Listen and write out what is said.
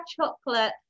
chocolate